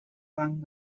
one